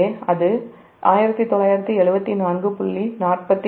எனவே அது 1974